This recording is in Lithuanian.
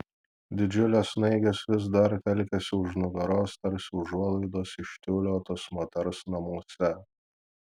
didžiulės snaigės vis dar telkėsi už nugaros tarsi užuolaidos iš tiulio tos moters namuose